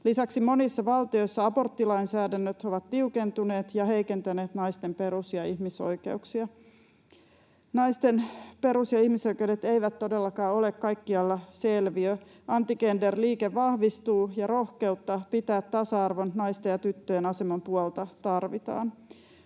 Lisäksi monissa valtiossa aborttilainsäädännöt ovat tiukentuneet ja heikentäneet naisten perus‑ ja ihmisoikeuksia. Naisten perus‑ ja ihmisoikeudet eivät todellakaan ole kaikkialla selviö. Anti-gender-liike vahvistuu, ja rohkeutta pitää tasa-arvon, naisten ja tyttöjen aseman puolta tarvitaan.